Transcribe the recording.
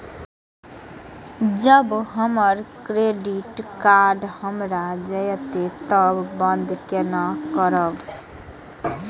जब हमर credit card हरा जयते तब बंद केना करब?